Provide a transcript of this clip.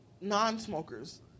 non-smokers